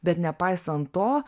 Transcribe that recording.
bet nepaisan to